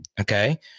Okay